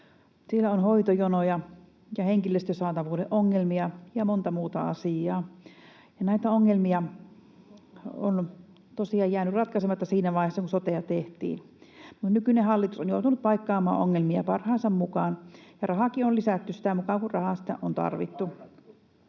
Siinä on hoitojonoja ja henkilöstön saatavuuden ongelmia ja monta muuta asiaa. [Suna Kymäläinen: Kohta vaan lisääntyy!] Näitä ongelmia on tosiaan jäänyt ratkaisematta siinä vaiheessa, kun sotea tehtiin. Nykyinen hallitus on joutunut paikkaamaan ongelmia parhaansa mukaan, ja rahaakin on lisätty sitä mukaa kuin rahaa on tarvittu.